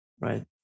Right